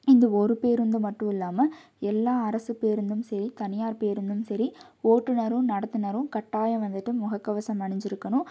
இந்த ஒரு பேருந்தை மட்டும் இல்லாமல் எல்லா அரசு பேருந்தும் சரி தனியார் பேருந்தும் சரி ஓட்டுநரும் நடத்துநரும் கட்டாயம் வந்துட்டு முகக்கவசம் அணிஞ்சிருக்கணும்